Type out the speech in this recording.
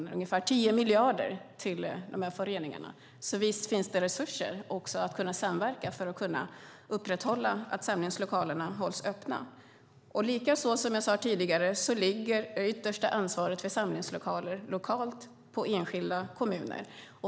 Det går ungefär 10 miljarder till dessa föreningar, så visst finns det resurser för att kunna samverka så att samlingslokalerna kan hållas öppna. Likaså, som jag sade tidigare, ligger det yttersta ansvaret för samlingslokaler lokalt på enskilda kommuner.